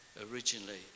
originally